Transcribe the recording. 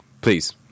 please